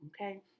okay